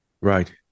Right